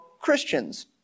Christians